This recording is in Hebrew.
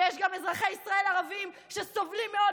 ויש גם אזרחי ישראל ערבים שסובלים מאוד